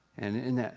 and in that,